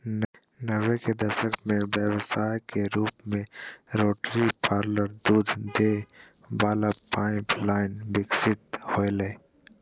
नब्बे के दशक में व्यवसाय के रूप में रोटरी पार्लर दूध दे वला पाइप लाइन विकसित होलय